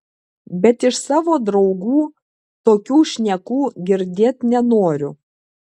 bet iš savo draugų tokių šnekų girdėt nenoriu